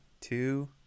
two